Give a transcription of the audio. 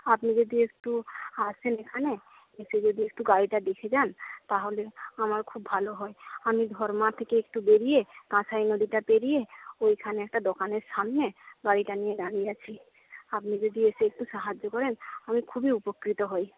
আপনি যদি একটু আসেন এখানে এসে যদি একটু গাড়িটা দেখে যান তাহলে আমার খুব ভালো হয় আমি ধর্ম্যা থেকে একটু বেরিয়ে কাঁসাই নদীটা পেরিয়ে ওইখানে একটা দোকানের সামনে গাড়িটা নিয়ে দাঁড়িয়ে আছি আপনি যদি এসে একটু সাহায্য করেন আমি খুবই উপকৃত হোই